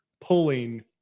pulling